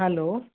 hello